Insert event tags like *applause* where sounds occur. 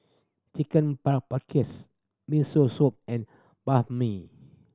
Chicken *unintelligible* Miso Soup and Banh Mi